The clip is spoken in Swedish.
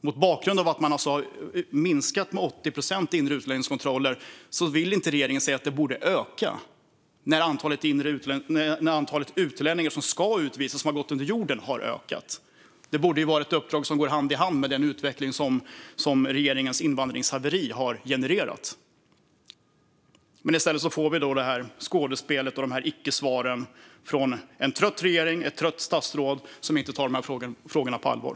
Mot bakgrund av att man har minskat de inre utlänningskontrollerna med 80 procent vill inte regeringen säga att de borde öka. Men antalet utlänningar som ska utvisas men som gått under jorden har ökat. Det borde vara ett uppdrag som går hand i hand med den utveckling som regeringens invandringshaveri har genererat. Men i stället får vi det här skådespelet och de här icke-svaren från en trött regering och ett trött statsråd som inte tar de här frågorna på allvar.